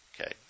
Okay